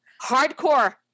hardcore